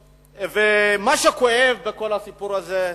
מה שכואב בכל הסיפור הזה,